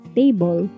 table